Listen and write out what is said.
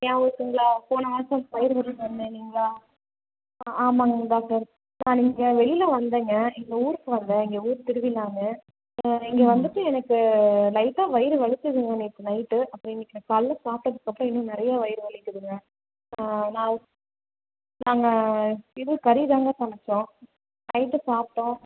ஞாபகம் இருக்குங்களா போன மாசம் வயிறுவலின்னு வந்தேன் இல்லைங்ளா ஆ ஆமாங்க டாக்டர் நான் இங்கே வெளியில வந்தங்க எங்கள் ஊருக்கு வந்தேன் எங்கள் ஊர் திருவிழான்னு இங்கே வந்துவிட்டு எனக்கு லைட்டாக வயிறு வலிச்சுதுங்க நேற்று நைட்டு அப்புறம் இன்னைக்கு காலைல சாப்பிட்டதுக்கப்றம் இன்னும் நிறையா வயிறு வலிக்குதுங்க ஆ நான் நாங்கள் இது கறி தாங்க சமைச்சோம் நைட்டு சாப்பிட்டோம்